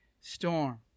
storm